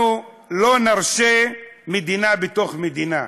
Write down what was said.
אנחנו לא נרשה מדינה בתוך מדינה,